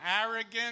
arrogant